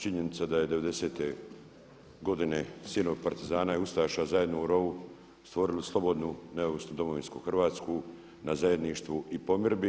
Činjenica da je 90. godine sinovi partizana i ustaša zajedno u rovu stvorili slobodnu neovisnu domovinsku Hrvatsku na zajedništvu i pomirbi.